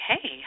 Hey